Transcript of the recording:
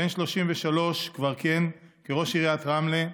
בן 33 כבר כיהן כראש עיריית רמלה.